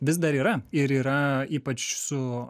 vis dar yra ir yra ypač su